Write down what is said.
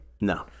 No